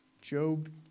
Job